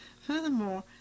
Furthermore